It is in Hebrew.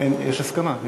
יש הסכמה.